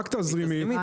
רק תזרימית?